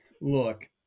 look